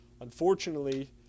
Unfortunately